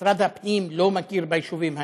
שמשרד הפנים לא מכיר ביישובים האלה,